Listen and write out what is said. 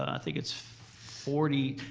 i think it's forty.